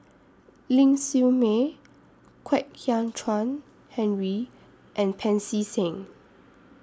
Ling Siew May Kwek Hian Chuan Henry and Pancy Seng